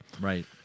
Right